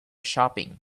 shopping